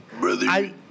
brother